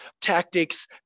tactics